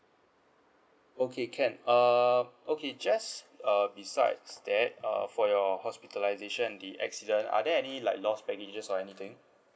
okay can uh okay just uh besides that err for your hospitalisation the accident are there any like lost baggages or anything